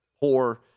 poor